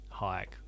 hike